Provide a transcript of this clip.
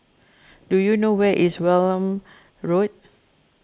do you know where is Welm Road